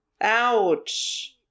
ouch